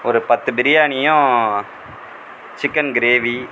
ஒரு பத்து பிரியாணியும் சிக்கன் கிரேவி